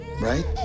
right